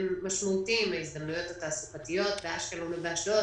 משמעותיים להזדמנויות התעסוקתיות באשקלון ובאשדוד.